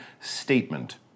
statement